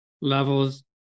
levels